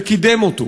וקידם אותו.